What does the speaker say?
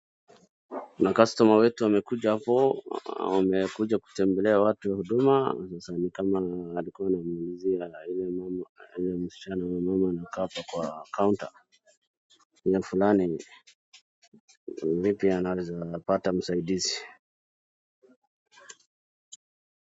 Kuna customer wetu amekuja hapo, amekuja kutembelea watu wa huduma, ni kama alikuwa anaulizia ule mama anakaa hapo kwa counter fulani vipi anaweza pata usaidizi.